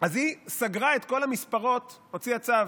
אז היא סגרה את כל המספרות, הוציאה צו.